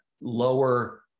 lower